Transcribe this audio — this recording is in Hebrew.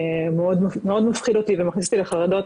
מאוד מפחיד אותי ומכניס אותי לחרדות